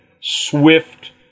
swift